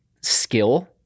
skill